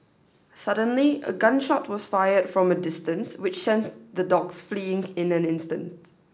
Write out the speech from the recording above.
suddenly a gun shot was fired from a distance which the dogs fleeing in an instant